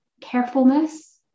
carefulness